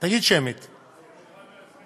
יש סמכות, בתירוץ שיש סכנה